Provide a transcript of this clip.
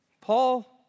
Paul